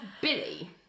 Billy